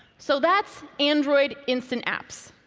so that's android instant apps.